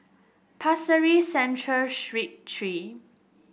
Pasir Ris Central Street Three